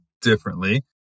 differently